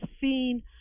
seen